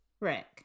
Rick